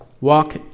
Walk